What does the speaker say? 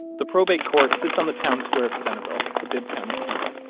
the probate court sits on the town square of centreville, the bibb county seat,